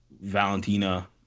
Valentina